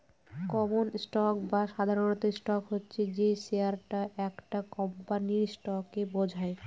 common stock বা সাধারণ stock হচ্ছে যে শেয়ারটা একটা কোম্পানির স্টককে বোঝায়